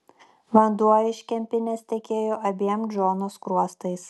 vanduo iš kempinės tekėjo abiem džono skruostais